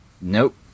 Nope